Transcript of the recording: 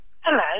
Hello